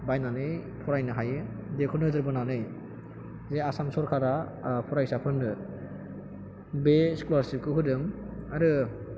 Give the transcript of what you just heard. बायनानै फरायनो हायो बेखौ नोजोर बोनानै बे आसाम सरकारा फरायसाफोरनो बे स्क'लारशिप खौ होदों आरो